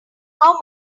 how